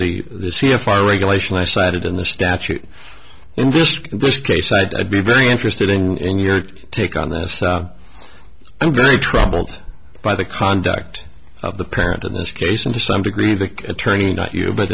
that the the c f i regulation i cited in the statute in this case i'd be very interested in your take on this i'm very troubled by the conduct of the parent in this case and to some degree the attorney not you but